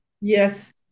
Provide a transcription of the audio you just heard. Yes